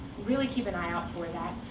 really keep an eye out for that.